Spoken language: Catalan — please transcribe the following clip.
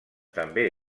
també